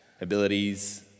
abilities